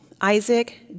Isaac